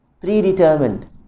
predetermined